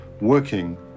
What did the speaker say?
working